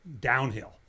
downhill